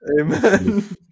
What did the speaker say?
amen